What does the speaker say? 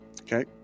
Okay